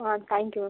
ah thank you ma'am